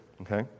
okay